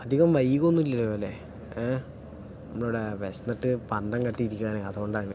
അധികം വൈകൊന്നും ഇല്ലല്ലോലെ നമ്മളുടെ വിശന്നിട്ട് പന്തം കത്തി ഇരിക്കുകയാണ് അതുകൊണ്ടാണ്